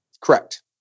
Correct